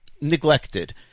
neglected